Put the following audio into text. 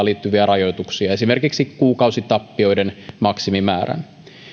liittyviä rajoituksia esimerkiksi kuukausitappioiden maksimimäärän